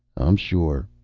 i'm sure.